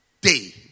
day